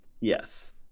yes